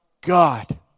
God